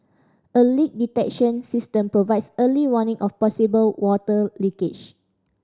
a leak detection system provides early warning of possible water leakage